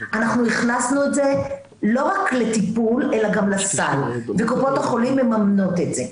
אנחנו הכנסנו את זה לא לטיפול אלא גם לסל וקופות החולים מממנות את זה.